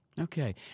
Okay